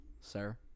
sir